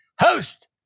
host